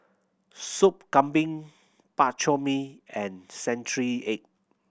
Soup Kambing Bak Chor Mee and century egg